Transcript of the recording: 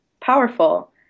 powerful